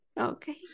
Okay